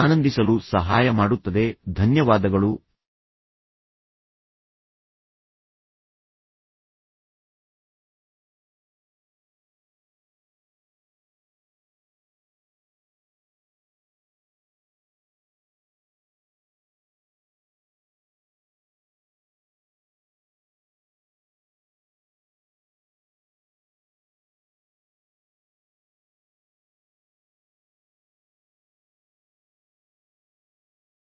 ಈ ಟಿಪ್ಪಣಿಯೊಂದಿಗೆ ನಾನು ಈ ಉಪನ್ಯಾಸವನ್ನು ಮುಕ್ತಾಯಗೊಳಿಸುತ್ತೇನೆ